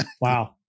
Wow